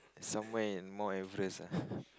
somewhere in Mount Everest ah